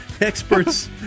Experts